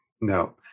No